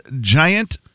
giant